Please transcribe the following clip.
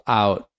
out